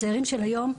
הצעירים של היום,